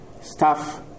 staff